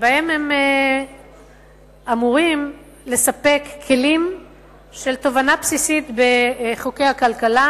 שבהם הן אמורות לספק כלים של תובנה בסיסית בחוקי הכלכלה